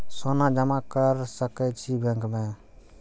सोना जमा कर सके छी बैंक में?